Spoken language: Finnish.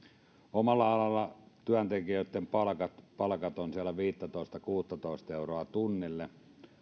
omalla alalla työntekijöiden palkat palkat ovat viisitoista viiva kuusitoista euroa tunnilta